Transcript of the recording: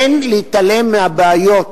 אין להתעלם מהבעיות